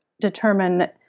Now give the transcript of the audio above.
determine